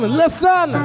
listen